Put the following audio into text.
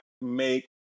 make